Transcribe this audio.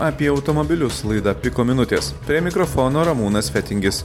apie automobilius laida piko minutės prie mikrofono ramūnas fetingis